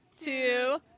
two